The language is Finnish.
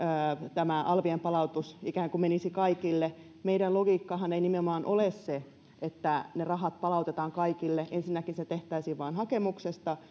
tämä alvien palautus ikään kuin menisi kaikille meidän logiikkammehan ei nimenomaan ole se että ne rahat palautetaan kaikille ensinnäkin se tehtäisiin vain hakemuksesta